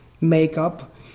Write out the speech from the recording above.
makeup